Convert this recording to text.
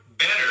better